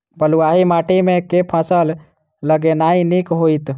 बलुआही माटि मे केँ फसल लगेनाइ नीक होइत?